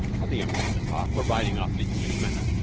other young men in the park were riding after the english manner,